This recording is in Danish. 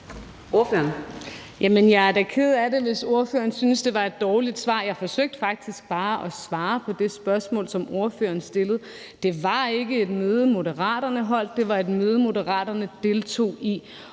Jeg er da ked af det, hvis ordføreren synes, det var et dårligt svar. Jeg forsøgte faktisk bare at svare på det spørgsmål, som ordføreren stillede. Det var ikke et møde, Moderaterne holdt. Det var et møde, Moderaterne deltog i.